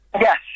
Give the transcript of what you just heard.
yes